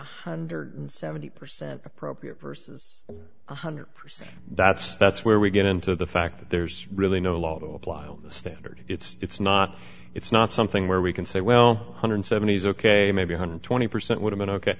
hundred and seventy percent appropriate versus one hundred percent that's that's where we get into the fact that there's really no law to apply on the standard it's it's not it's not something where we can say well one hundred and seventy is ok maybe a one hundred and twenty percent would have been ok